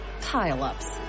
pile-ups